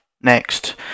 next